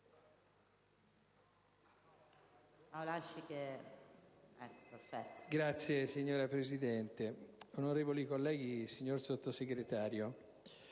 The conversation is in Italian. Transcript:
Sud)*. Signora Presidente, onorevoli colleghi, signor Sottosegretario,